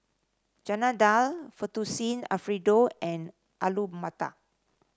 Chana Dal Fettuccine Alfredo and Alu Matar